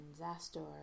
Zastor